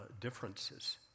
differences